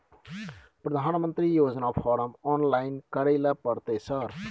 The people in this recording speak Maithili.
प्रधानमंत्री योजना फारम ऑनलाइन करैले परतै सर?